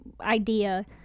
idea